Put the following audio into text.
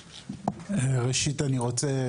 ראשית אני רוצה